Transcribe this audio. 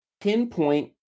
Pinpoint